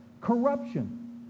corruption